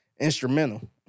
instrumental